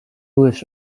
dues